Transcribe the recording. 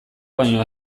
baino